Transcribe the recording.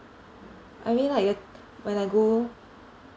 I mean like y~ when I go